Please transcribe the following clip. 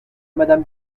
madame